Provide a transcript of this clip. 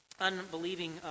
unbelieving